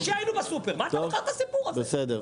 ביום שישי היינו בסופר, מה זה בכלל הסיפור הזה?